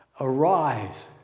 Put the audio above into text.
Arise